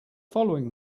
following